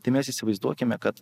tai mes įsivaizduokime kad